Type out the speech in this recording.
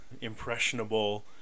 impressionable